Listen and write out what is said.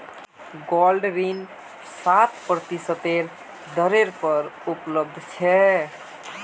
gold ऋण सात प्रतिशतेर दरेर पर उपलब्ध छ